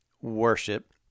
worship